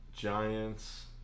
Giants